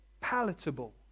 palatable